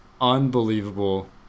unbelievable